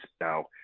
now